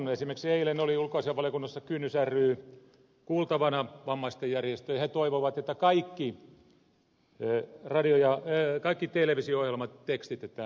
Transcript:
esimerkiksi eilen oli ulkoasiainvaliokunnassa kynnys ry kuultavana vammaisten järjestö ja he toivoivat että kaikki televisio ohjelmat tekstitetään